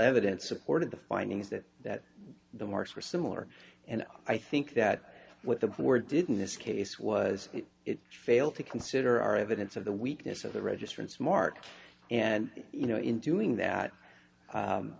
evidence supported the findings that that the marks were similar and i think that what the word didn't this case was it failed to consider our evidence of the weakness of the registrant smart and you know in doing that